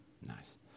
Nice